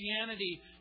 Christianity